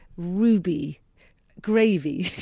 ruby gravy.